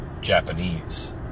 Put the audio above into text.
Japanese